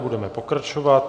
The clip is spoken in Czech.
Budeme pokračovat.